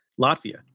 Latvia